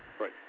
Right